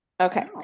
Okay